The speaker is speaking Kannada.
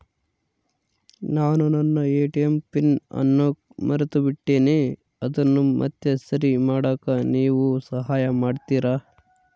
ನಾನು ನನ್ನ ಎ.ಟಿ.ಎಂ ಪಿನ್ ಅನ್ನು ಮರೆತುಬಿಟ್ಟೇನಿ ಅದನ್ನು ಮತ್ತೆ ಸರಿ ಮಾಡಾಕ ನೇವು ಸಹಾಯ ಮಾಡ್ತಿರಾ?